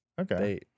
Okay